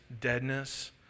deadness